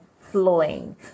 flowing